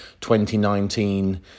2019